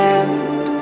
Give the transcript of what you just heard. end